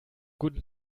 guten